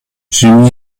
jimi